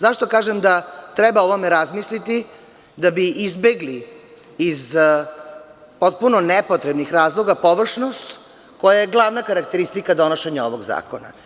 Zašto kažem da treba o ovome razmisliti, da bi izbegli iz potpuno nepotrebnih razloga površnost koja je glavna karakteristika donošenja ovog zakona?